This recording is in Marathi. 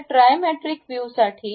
आता ट्रायमेट्रिक व्ह्यू साठी